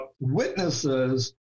witnesses